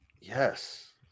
Yes